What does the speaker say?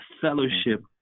fellowship